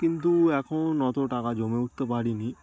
কিন্তু এখন অত টাকা জমে উঠতে পারিনি